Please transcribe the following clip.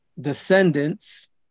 descendants